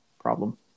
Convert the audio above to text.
problem